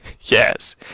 Yes